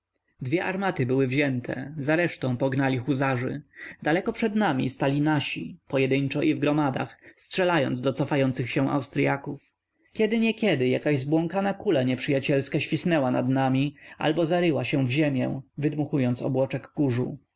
dwie armaty były wzięte za resztą pognali huzarzy daleko przed nami stali nasi pojedyńczo i w gromadach strzelając do cofających się austryaków kiedyniekiedy jakaś zbłąkana kula nieprzyjacielska świsnęła nad nami albo zaryła się w ziemię